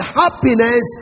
happiness